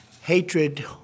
Hatred